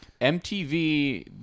MTV